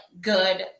good